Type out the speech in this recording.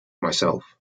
myself